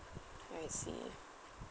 I see